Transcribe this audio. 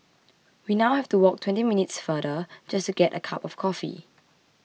we now have to walk twenty minutes farther just get a cup of coffee